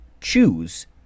choose